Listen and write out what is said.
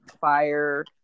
fire